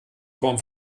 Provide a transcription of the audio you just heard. turm